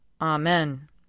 Amen